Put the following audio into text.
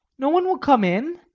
no one will come in.